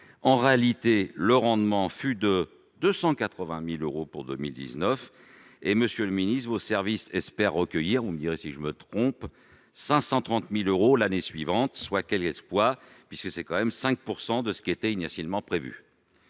En réalité, le rendement fut de 280 000 euros pour 2019, et, monsieur le secrétaire d'État, vos services espèrent recueillir- vous me direz si je me trompe -530 000 euros l'année suivante, soit- quel exploit ! -quelque 5 % de ce qui était initialement prévu.